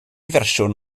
fersiwn